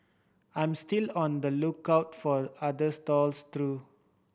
I'm still on the lookout for other stalls through